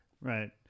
Right